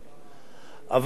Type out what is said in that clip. אבל לנצל את זה,